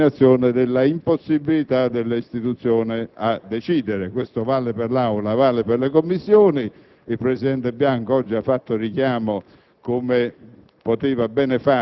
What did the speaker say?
o della determinazione dell'impossibilità dell'istituzione a decidere. E questo vale, sia per l'Aula sia per le Commissioni. Il presidente Bianco oggi ha fatto richiamo, come